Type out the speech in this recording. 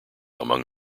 among